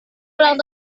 ulang